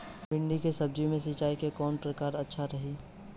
भिंडी के सब्जी मे सिचाई के कौन प्रकार अच्छा रही?